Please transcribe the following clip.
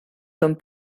són